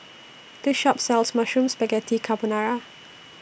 This Shop sells Mushroom Spaghetti Carbonara